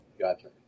Gotcha